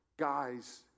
guys